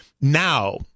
now –